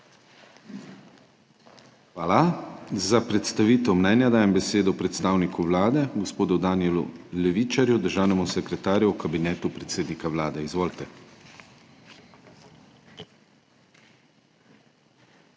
Hvala. Za predstavitev mnenja dajem besedo predstavniku Vlade gospodu Danijelu Levičarju, državnemu sekretarju v Kabinetu predsednika Vlade. Izvolite.